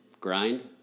grind